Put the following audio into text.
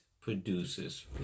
produces